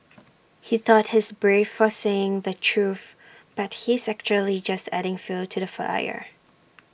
he thought he's brave for saying the truth but he's actually just adding fuel to the fire